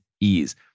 ease